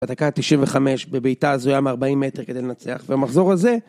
בדקה ה95 בביתר זו היה מ-40 מטר כדי לנצח, ומחזור לזה